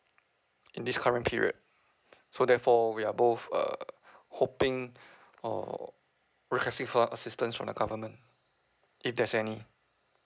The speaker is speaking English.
in this current period so therefore we are both err hoping err requesting lah for assistance from the government if there's any